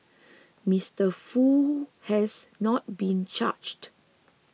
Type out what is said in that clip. Mister Foo has not been charged